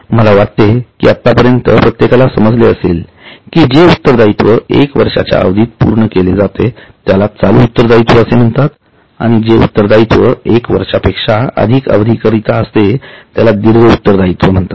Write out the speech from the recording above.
मला वाटते की आतापर्यंत प्रत्येकाला समजले असेल कि जे उत्तरदायित्व एकवर्षाच्या अवधीत पूर्ण केले जाते त्याला चालू उत्तरदायीत्व असे म्हणतात आणि जे उत्तरदायित्व एकवर्षापेक्षा अधिक अवधी करिता असते त्याला स्थिर दीर्घ उत्तरदायीत्व असे म्हणतात